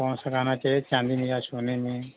कौनसा गहना चाहिए चांदी में या सोने में